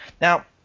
Now